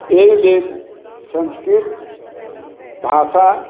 एहि लेल संस्कृत भाषा